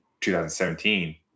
2017